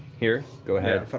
here. go ahead.